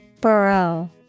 Burrow